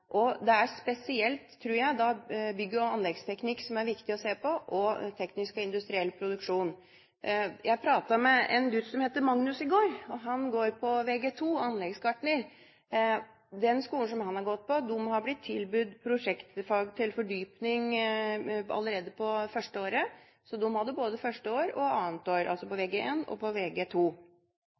det er spesielt viktig å se på bygg- og anleggsteknikk og teknisk og industriell produksjon. Jeg pratet med en gutt som heter Magnus i går, og han går på Vg2, anleggsgartner. På den skolen som han har gått på, har de blitt tilbudt prosjektfag til fordypning allerede det første året, så de har det både første og andre år, altså på Vg1 og